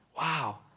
wow